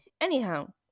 Anyhow